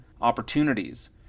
opportunities